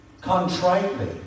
contritely